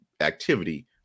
activity